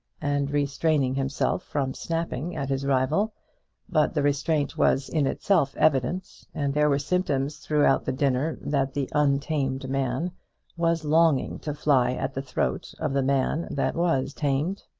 and restraining himself from snapping at his rival but the restraint was in itself evident, and there were symptoms throughout the dinner that the untamed man was longing to fly at the throat of the man that was tamed.